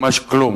ממש כלום.